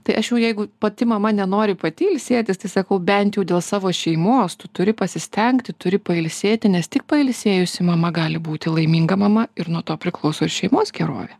tai aš jau jeigu pati mama nenori pati ilsėtis tai sakau bent jau dėl savo šeimos tu turi pasistengti turi pailsėti nes tik pailsėjusi mama gali būti laiminga mama ir nuo to priklauso ir šeimos gerovė